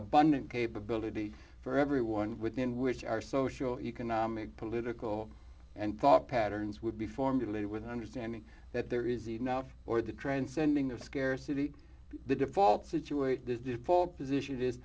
abundant capability for everyone within which our social economic political and thought patterns would be formulated with an understanding that there is enough or the transcending of scarcity the default situate this default position i